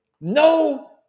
No